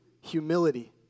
humility